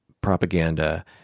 propaganda